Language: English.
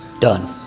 Done